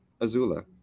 azula